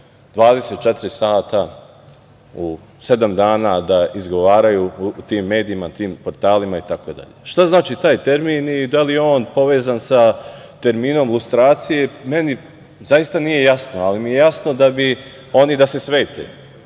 24 sata u sedam dana da izgovaraju u tim medijima, tim portalima itd? Šta znači taj termin i da li je on povezan sa terminom lustracije meni zaista nije jasno, ali mi je jasno da bi oni da se svete. Ja